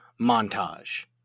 montage